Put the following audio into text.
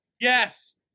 Yes